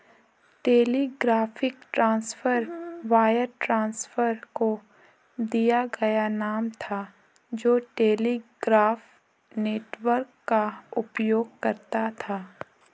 telegraphic transfer wire transfer को दिया गया नाम था जो टेलीग्राफ नेटवर्क का उपयोग करता था